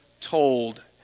told